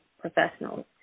professionals